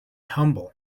humble